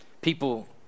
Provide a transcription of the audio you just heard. people